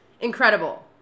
incredible